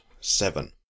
Seven